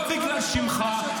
לא בגלל שמך,